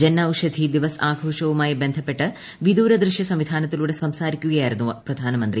ജൻ ഔഷധി ദിവസ് ആഘോഷവുമായി ബന്ധപ്പെട്ട് വിദൂര ദൃശ്യ സംവിധാനത്തിലൂടെ സംസാരിക്കുകയായിരുന്നു പ്രധാനമന്ത്രി